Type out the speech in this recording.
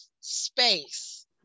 space